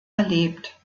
erlebt